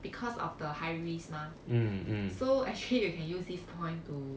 because of the high risk mah so actually you can use this point to